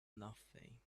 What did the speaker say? nothing